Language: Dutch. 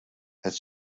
het